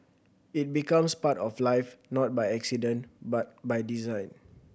it becomes part of life not by accident but by design